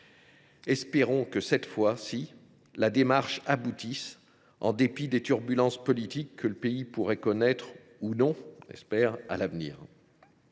Espérons que, cette fois ci, la démarche aboutisse, en dépit des turbulences politiques que le pays pourrait connaître – espérons que non !– à l’avenir.